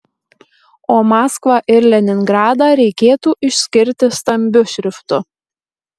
o maskvą ir leningradą reikėtų išskirti stambiu šriftu